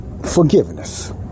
forgiveness